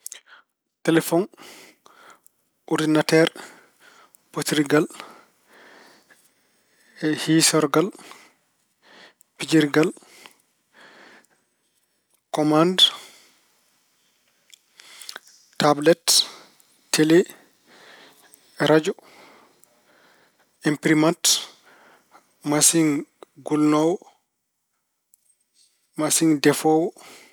Telefoŋ, ordinateer, potirgal, kiisorgal, pijirgal, komaand, taablet, tele, rajo, empirimat, masiŋ gulnoowo, masiŋ defoowo.